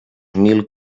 mil